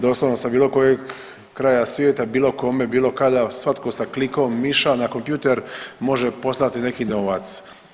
Doslovno sa bilo kojeg kraja svijeta bilo kome, bilo kada svako sa klikom miša na kompjuter može poslati neki novac.